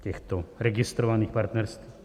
Těchto registrovaných partnerství.